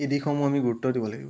এই দিশসমূহ আমি গুৰুত্ব দিব লাগিব